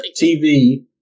TV